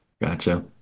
Gotcha